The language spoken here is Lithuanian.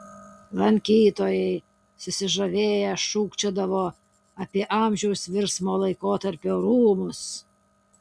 lankytojai susižavėję šūkčiodavo apie amžiaus virsmo laikotarpio rūmus